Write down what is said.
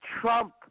Trump